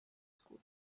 school